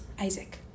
isaac